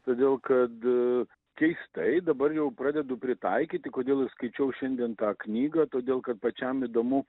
todėl kad keistai dabar jau pradedu pritaikyti kodėl ir skaičiau šiandien tą knygą todėl kad pačiam įdomu